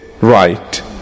right